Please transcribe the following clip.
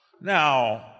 Now